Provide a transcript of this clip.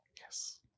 Yes